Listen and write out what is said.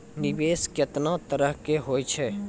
निवेश केतना तरह के होय छै?